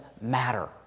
matter